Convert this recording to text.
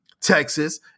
Texas